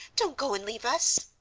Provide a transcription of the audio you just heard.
don't go and leave us!